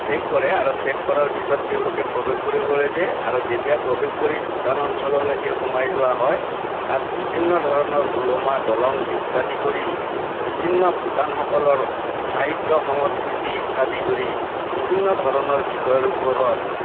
check কৰে আৰু check কৰাৰ পিছত তেওঁলোকে প্ৰৱেশ কৰিবলে দিয়ে আৰু যেতিয়া প্ৰৱেশ কৰি ভূটান অঞ্চললৈকে সোমাই যোৱা হয় তাত বিভিন্ন ধৰণৰ ওলমা দলং ইত্যাদি কৰি বিভিন্ন ভূটানসকলৰ সাহিত্য সংস্কৃতি ইত্যাদি কৰি বিভিন্ন ধৰণৰ বিষয়ৰ ওপৰত